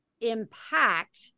impact